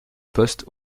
poste